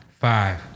Five